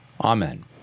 Amen